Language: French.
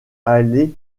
allez